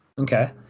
Okay